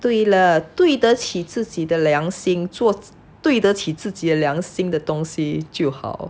对了对得起自己的良心做对得起自己的良心的东西就好